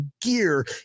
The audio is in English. gear